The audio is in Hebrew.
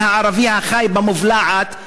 אני הערבי החי במובלעת,